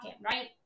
right